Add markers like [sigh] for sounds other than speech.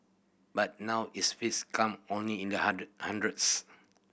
but now is fees come only in the [unintelligible] hundreds